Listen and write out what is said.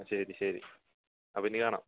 ശരി ശരി അപ്പോൾ ഇനി കാണാം